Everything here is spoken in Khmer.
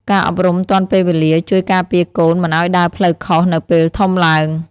ការអប់រំទាន់ពេលវេលា ជួយការពារកូនមិនឱ្យដើរផ្លូវខុសនៅពេលធំឡើង។